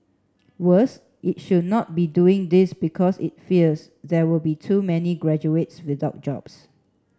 worse it should not be doing this because it fears there will be too many graduates without jobs